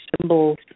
symbols